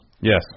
Yes